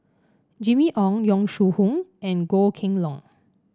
Jimmy Ong Yong Shu Hoong and Goh Kheng Long